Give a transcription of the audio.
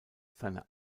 seine